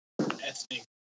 ethnic